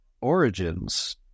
origins